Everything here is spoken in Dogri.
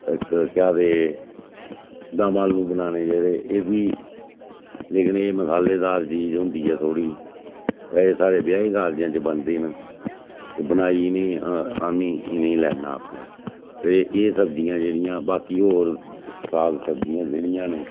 इक केह् आखदे दम आलू बनाने जेह्ड़े एह् बी लेकिन एह् मसालेदार चीज होंदी ऐ थोह्ड़ी बड़े सारे ब्याहें कारजें च बनदे न ते बनाई इ'नेंगी आमीं इनेंईं लैन्ना आपें एह् एह् सब्जियां जेह्ड़ियां बाकी होर साग सब्जियां जेह्ड़ियां न